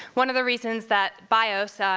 one of the reasons that bios, ah